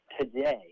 today